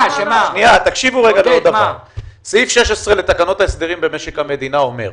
סעיף 16 לתקנות ההסדרים במשק המדינה אומר: